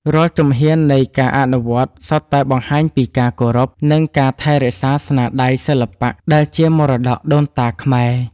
រាល់ជំហាននៃការអនុវត្ត សុទ្ធតែបង្ហាញពីការគោរព និងការថែរក្សាស្នាដៃសិល្បៈដែលជាមរតកដូនតាខ្មែរ។